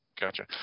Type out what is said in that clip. Gotcha